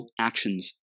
actions